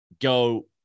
go